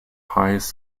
highest